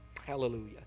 Hallelujah